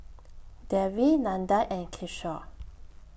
Devi Nandan and Kishore